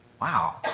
Wow